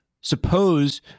suppose